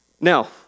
Now